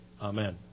amen